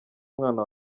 umwana